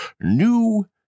New